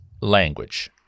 language